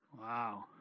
Wow